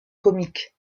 comique